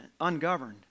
ungoverned